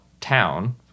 town